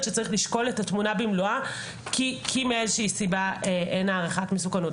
שצריך לשקול את התמונה במלואה כי מאיזושהי סיבה אין הערכת מסוכנות.